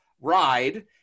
ride